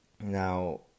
Now